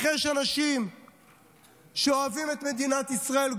איך יש אנשים שאוהבים את מדינת ישראל,